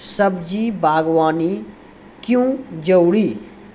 सब्जी बागवानी क्यो जरूरी?